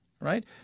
right